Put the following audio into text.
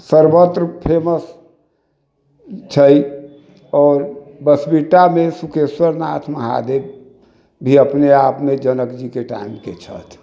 सर्वत्र फेमस छै आओर बसबिट्टामे शुकेश्वर नाथ महादेव भी अपने आपमे जनक जीके टाइमके छथि